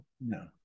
No